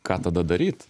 ką tada daryt